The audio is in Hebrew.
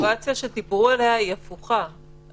הסיטואציה שדיברו עליה הפוכה.